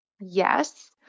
yes